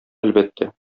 әлбәттә